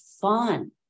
fun